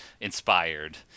inspired